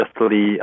justly